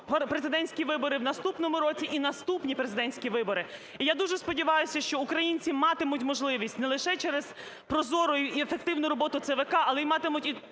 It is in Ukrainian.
президентські вибори в наступному році і наступні президентські вибори. І я дуже сподіваюся, що українці матимуть можливість не лише через прозору і ефективну роботу ЦВК, але і матимуть